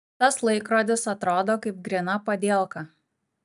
tas laikrodis atrodo kaip gryna padielka